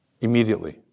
Immediately